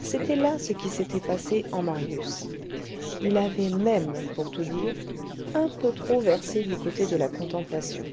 c'était là ce qui s'était passé en marius il avait même pour tout dire un peu trop versé du côté de la contemplation